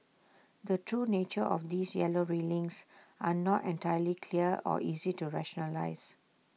the true nature of these yellow railings are not entirely clear or easy to rationalise